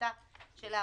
יזומנו נציגי אותה עמותה,